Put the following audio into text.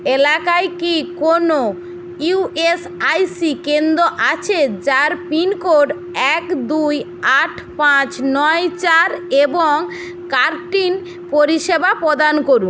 এলাকায় কি কোনো ইউএসআইসি কেন্দ্র আছে যার পিন কোড এক দুই আট পাঁচ নয় চার এবং কার্টিন পরিষেবা প্রদান করুন